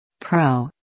Pro